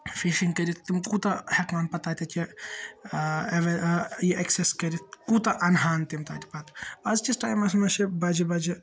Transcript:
fishing کٔرتھ تِم کوتاہ ہیٚکہ ہان پَتہ تَتیٚھ یا اوے یہِ ایٚکسس کٔرتھ کوتاہ اَنہٕ ہان تِم تَتہِ پَتہٕ اَز کِس ٹایمَس منٛز چھِ بَجہِ بَجہِ